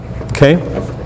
okay